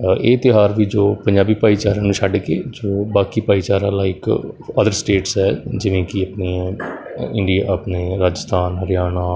ਇਹ ਤਿਉਹਾਰ ਵੀ ਜੋ ਪੰਜਾਬੀ ਭਾਈਚਾਰੇ ਨੂੰ ਛੱਡ ਕੇ ਜੋ ਬਾਕੀ ਭਾਈਚਾਰਾ ਲਾਈਕ ਅਦਰ ਸਟੇਟਸ ਹੈ ਜਿਵੇਂ ਕਿ ਆਪਣੇ ਇੰਡੀਆ ਆਪਣੇ ਰਾਜਸਥਾਨ ਹਰਿਆਣਾ